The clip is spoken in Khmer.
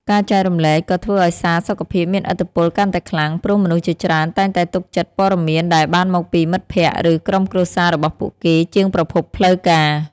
ការចែករំលែកក៏ធ្វើឲ្យសារសុខភាពមានឥទ្ធិពលកាន់តែខ្លាំង ព្រោះមនុស្សជាច្រើនតែងតែទុកចិត្តព័ត៌មានដែលបានមកពីមិត្តភក្តិឬក្រុមគ្រួសាររបស់ពួកគេជាងប្រភពផ្លូវការ។